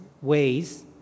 ways